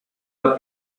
the